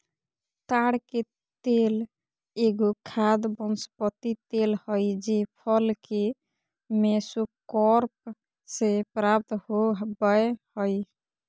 ताड़ के तेल एगो खाद्य वनस्पति तेल हइ जे फल के मेसोकार्प से प्राप्त हो बैय हइ